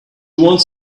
wants